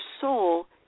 soul